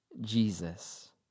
Jesus